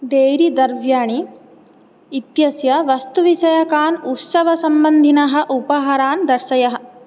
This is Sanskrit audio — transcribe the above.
डेरी द्रव्याणि इत्यस्य वस्तुविषयकान् उत्सवसम्बन्धिनः उपहारान् दर्शयः